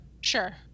sure